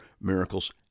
miracles